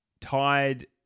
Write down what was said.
tied